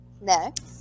Next